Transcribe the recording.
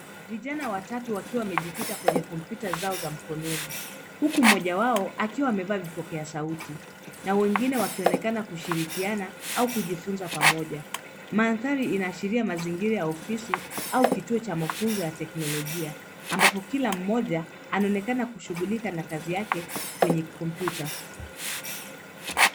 Vijana watatu wakiwa wamejikita kwenye kompyuta zao za mkononi huku mmoja wao akiwa amevaa vipokea sauti na wengine wakionekana kushirikiana au kujifunza pamoja. Mandhari inaashiria mazingira ya ofisi au kituo cha mafunzo ya teknolojia ambapo kila mmoja anaonekana kushughulika na kazi yake kwenye kompyuta.